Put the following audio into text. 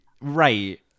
Right